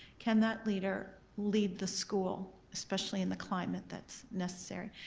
can that leader lead the school? especially in the climate that's necessary.